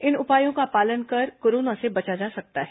इन उपायों का पालन कर कोरोना से बचा जा सकता है